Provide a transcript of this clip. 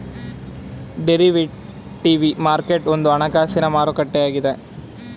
derivative market ಒಂದು ಹಣಕಾಸಿನ ಮಾರುಕಟ್ಟೆಯಾಗಿದೆ